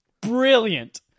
brilliant